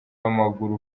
w’amaguru